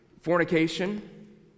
fornication